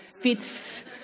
fits